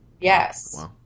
Yes